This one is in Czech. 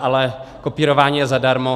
Ale kopírování je zadarmo.